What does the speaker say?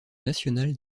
national